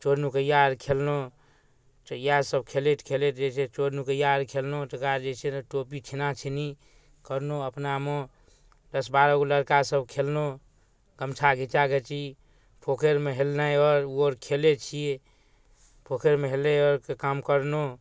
चोर नुकैआ आओर खेललहुँ तऽ इएहसब खेलैत खेलैत जे छै चोर नुकैआ आओर खेललहुँ तकरा बाद जे छै ने टोपी छिना छिनी करलहुँ अपनामे दस बारहगो लड़कासभ खेललहुँ गमछा घिचा घिची पोखरिमे हेलनाइ आओर ओहो आओर खेलै छिए पोखरिमे हेलै आओरके काम करलहुँ